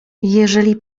jeżeli